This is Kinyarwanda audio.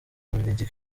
bubiligi